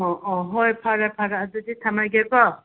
ꯑꯣ ꯑꯣ ꯍꯣꯏ ꯐꯔꯦ ꯐꯔꯦ ꯑꯗꯨꯗꯤ ꯊꯝꯃꯒꯦꯀꯣ